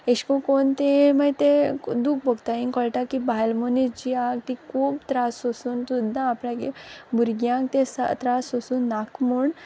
अेश कोन कोन्न तेये मागी तें दूख भोगता इंग कोळटा की बायल मुनीस जी आहा ती खूब त्रास सोंसून सुद्दां आपल्यागे भुरग्यांक ते त्रास सोसूं नाक म्हूण